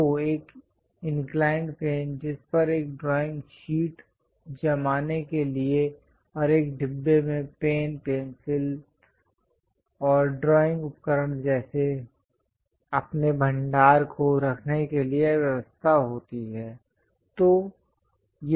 तो एक inclined plane जिस पर एक ड्राइंग शीट जमाने के लिए और एक डिब्बे में पेन पेंसिल और ड्राइंग उपकरण जैसे अपने भंडार को रखने के लिए व्यवस्था होती है